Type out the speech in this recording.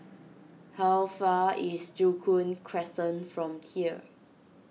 how far away is Joo Koon Crescent from here